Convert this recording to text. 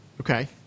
Okay